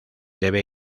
debe